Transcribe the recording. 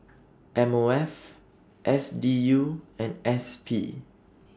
M O F S D U and S P